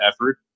effort